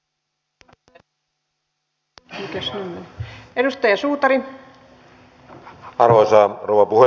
arvoisa rouva puhemies